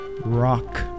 Rock